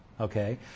okay